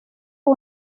fue